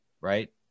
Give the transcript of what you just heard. right